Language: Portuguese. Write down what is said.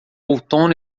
outono